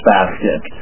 Basket